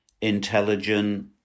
intelligent